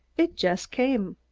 id yust came!